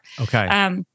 Okay